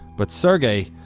but sergey,